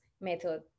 method